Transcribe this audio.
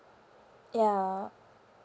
ya